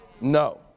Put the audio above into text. No